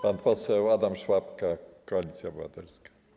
Pan poseł Adam Szłapka, Koalicja Obywatelska.